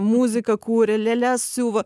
muziką kuria lėles siuva